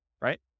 right